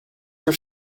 your